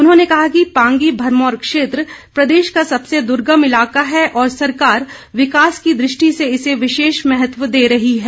उन्होंने कहा कि पांगी भरमौर क्षेत्र प्रदेश का सबसे दुर्गम इलाका है और सरकार विकास की दृष्टि से इसे विशेष महत्व दे रही है